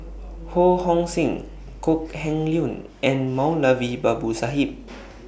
Ho Hong Sing Kok Heng Leun and Moulavi Babu Sahib